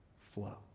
flow